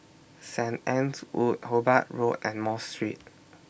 Saint Anne's Wood Hobart Road and Mosque Street